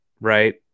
right